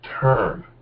turn